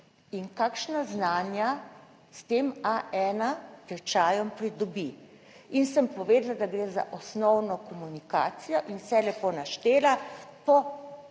in kakšna znanja s tem A1 tečajem pridobi in sem povedala, da gre za osnovno komunikacijo in vse lepo naštela, po